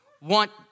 want